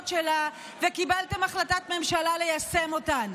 שלה וקיבלתם החלטת ממשלה ליישם אותן.